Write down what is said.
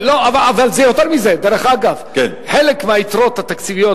אבל זה יותר מזה, דרך אגב, חלק מהיתרות התקציביות